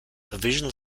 provisional